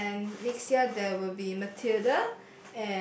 and next year there will be Mathilda